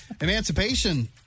Emancipation